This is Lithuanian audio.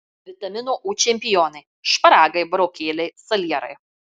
vitamino u čempionai šparagai burokėliai salierai